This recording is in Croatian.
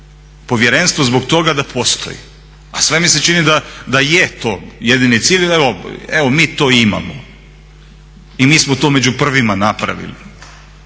povjerenstvo zbog toga da postoji, a sve mi se čini da je to jedini cilj, evo mi to imamo i mi smo to među prvima napravili.